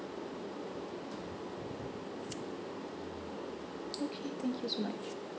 okay thank you so much